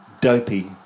dopey